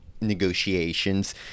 negotiations